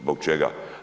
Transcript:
Zbog čega?